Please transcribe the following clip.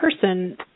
person